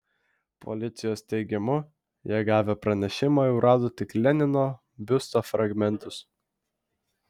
policijos teigimu jie gavę pranešimą jau rado tik lenino biusto fragmentus